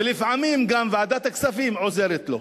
ולפעמים גם ועדת הכספים עוזרת לו.